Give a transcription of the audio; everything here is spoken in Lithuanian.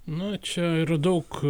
nu čia yra daug